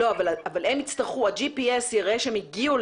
אבל הם יצטרכו, ה-GPS יראה שהם הגיעו